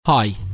Hi